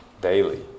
daily